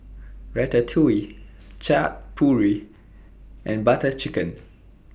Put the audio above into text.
Ratatouille Chaat Papri and Butter Chicken